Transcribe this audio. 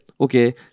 okay